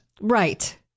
Right